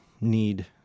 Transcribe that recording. need